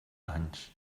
anys